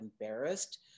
embarrassed